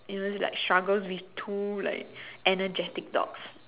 you know it's like struggles with two like energetic dogs